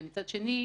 ומצד שני,